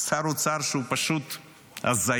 שר אוצר שהוא פשוט הזיה.